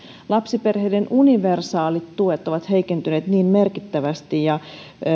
lapsiperheiden universaalit tuet ovat heikentyneet niin merkittävästi ja